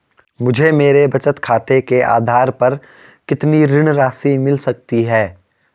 मुझे मेरे बचत खाते के आधार पर कितनी ऋण राशि मिल सकती है?